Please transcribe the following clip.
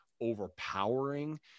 overpowering